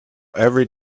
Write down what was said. every